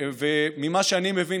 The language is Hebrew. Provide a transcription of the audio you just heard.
ממה שאני מבין,